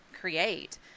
create